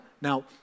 Now